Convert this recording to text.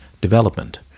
development